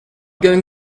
going